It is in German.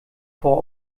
vor